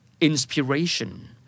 inspiration